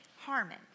Harmon